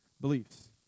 beliefs